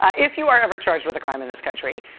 ah if you are ever charged with a crime in this country,